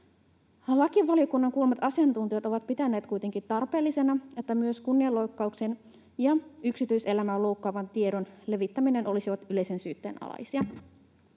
Lakivaliokunnan kuulemat asiantuntijat ovat pitäneet kuitenkin tarpeellisena, että myös kunnianloukkaus ja yksityiselämää loukkaavan tiedon levittäminen olisivat yleisen syytteen alaisia.